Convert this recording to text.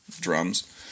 drums